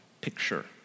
picture